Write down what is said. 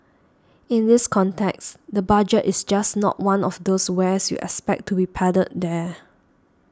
in this context the budget is just not one of those wares you expect to be peddled there